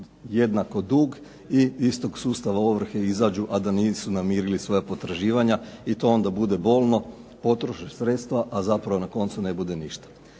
jednako dug i iz tog sustava ovrhe izađu a da nisu namirili svoja potraživanja, i to onda bude bolno, potroše sredstva, a zapravo na koncu ne bude ništa.